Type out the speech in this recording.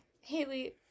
Haley